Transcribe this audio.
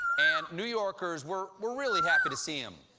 and new yorkers were were really happy to see him.